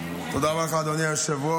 תודה רבה לך, אדוני היושב-ראש.